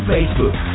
Facebook